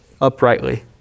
uprightly